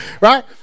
right